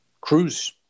cruise